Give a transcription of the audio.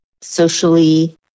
socially